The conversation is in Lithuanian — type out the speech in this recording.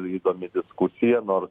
įdomi diskusija nors